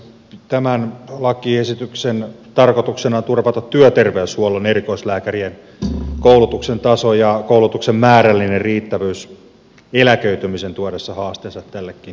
tämän lakiesityksen tarkoituksena on turvata työterveyshuollon erikoislääkärien koulutuksen taso ja koulutuksen määrällinen riittävyys eläköitymisen tuodessa haasteensa tällekin alalle